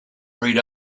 read